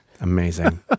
Amazing